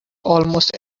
almost